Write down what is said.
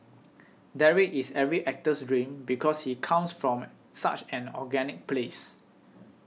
Derek is every actor's dream because he comes from such an organic place